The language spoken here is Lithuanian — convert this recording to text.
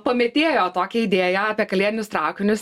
pamėtėjo tokią idėją apie kalėdinius traukinius